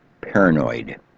paranoid